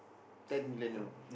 ten million you know